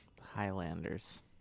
Highlanders